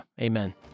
Amen